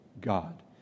God